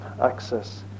access